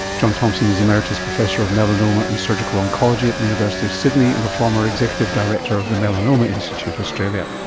john thompson is the professor of melanoma and surgical oncology at the university of sydney and a former executive director of the melanoma institute australia